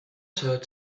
third